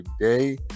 today